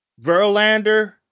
Verlander